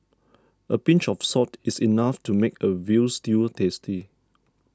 a pinch of salt is enough to make a Veal Stew tasty